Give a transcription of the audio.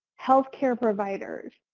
healthcare providers.